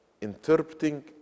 interpreting